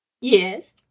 yes